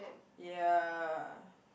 ya